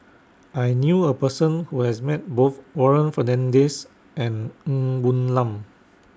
I knew A Person Who has Met Both Warren Fernandez and Ng Woon Lam